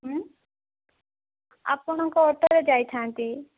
ଉଁ ଆପଣଙ୍କର ଅଟୋରେ ଯାଇଥାନ୍ତି